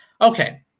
Okay